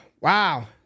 Wow